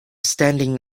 standing